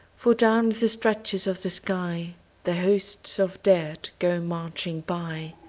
for down the stretches of the sky the hosts of dead go marching by.